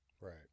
Right